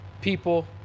people